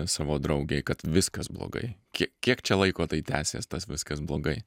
savo draugei kad viskas blogai kiek čia laiko tai tęsės tas viskas blogai